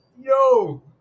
Yo